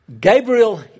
Gabriel